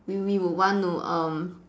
we we would want to um